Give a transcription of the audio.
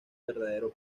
verdadero